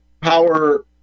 power